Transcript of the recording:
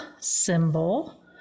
symbol